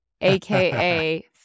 aka